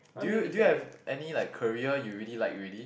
do you do you have any like career you really like already